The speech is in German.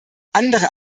andere